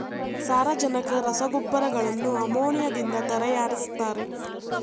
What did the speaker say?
ಸಾರಜನಕ ರಸಗೊಬ್ಬರಗಳನ್ನು ಅಮೋನಿಯಾದಿಂದ ತರಯಾರಿಸ್ತರೆ